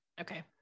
Okay